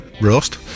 Rust